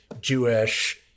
Jewish